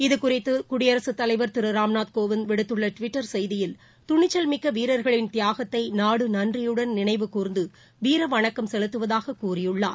இது குறித்தது குடியரசுத் தலைவர் திரு ராம்நாத் கோவிந்த் விடுத்துள்ள டுவிட்டர் செய்தியில் துணிச்சல் மிக்க வீரர்களின் தியாகத்தை நாடு நன்றியுடன் நினைவு கூர்ந்து வீர வணக்கம் செலுத்துவதாக்க கூறியுள்ளார்